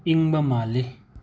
ꯏꯪꯕ ꯃꯥꯜꯂꯤ